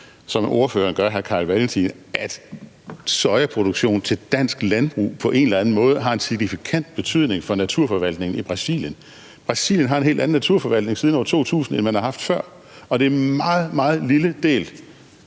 hr. Carl Valentin, gør, sojaproduktion til dansk landbrug på en eller anden måde har en signifikant betydning for naturforvaltningen i Brasilien. Brasilien har haft en helt anden naturforvaltning siden år 2000, end man har haft før, og det er en meget, meget lille del